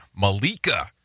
Malika